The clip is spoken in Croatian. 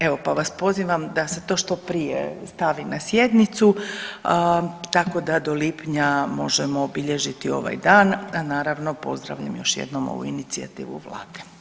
Evo, pa vas pozivam da se to što prije stavi na sjednicu tako da do lipnja možemo obilježiti ovaj dan, a naravno pozdravljam još jednom ovu inicijativu vlade.